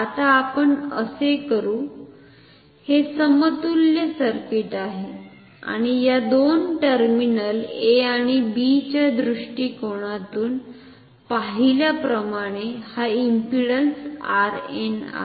आता आपण असे करू हे समतुल्य सर्किट आहे आणि या दोन टर्मिनल A आणि B च्या दृष्टीकोनातून पाहिल्याप्रमाणे हा इंपिडंस Rn आहे